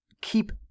keep